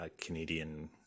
Canadian